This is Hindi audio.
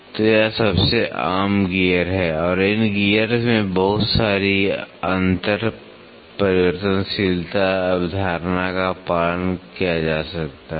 तो यह सबसे आम गियर है और इन गियर्स में बहुत सारी अंतर परिवर्तनशीलता अवधारणा का पालन किया जा सकता है